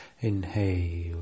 inhale